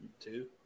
Two